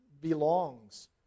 belongs